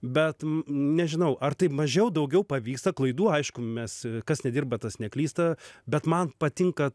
bet nežinau ar tai mažiau daugiau pavyksta klaidų aišku mes kas nedirba tas neklysta bet man patinka